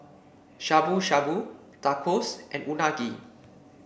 Shabu Shabu Tacos and Unagi